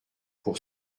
pour